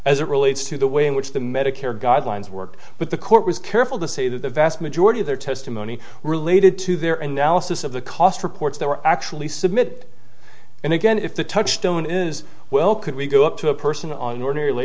as it relates to the way in which the medicare guidelines work but the court was careful to say that the vast majority of their testimony related to their analysis of the cost reports they were actually submitted and again if the touchstone is well could we go up to a person on an ordinary